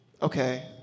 Okay